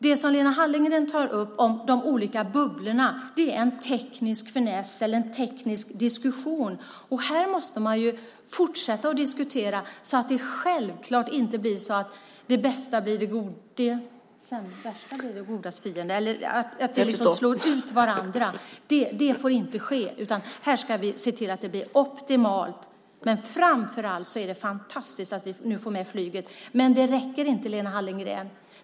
Det som Lena Hallengren tar upp om de olika bubblorna är en teknisk diskussion. Här måste man fortsätta att diskutera så att inte det bästa blir det godas fiende. Det får inte ske. Här ska vi se till att det blir optimalt. Framför allt är det fantastiskt att vi nu får med flyget, men det räcker inte, Lena Hallengren.